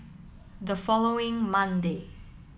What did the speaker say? the following Monday